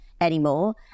anymore